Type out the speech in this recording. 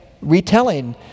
retelling